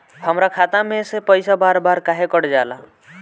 हमरा खाता में से पइसा बार बार काहे कट जाला?